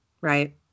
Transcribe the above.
right